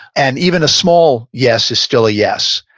and even a small yes is still a yes,